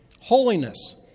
Holiness